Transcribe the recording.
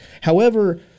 However-